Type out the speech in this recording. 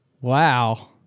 Wow